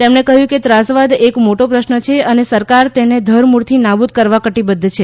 તેમણે કહ્યું કે ત્રાસવાદ એક મોટો પશ્ન છે અને સરકાર તેને ધરમૂળથી નાબુદ કરવા કટિબધ્ધ છે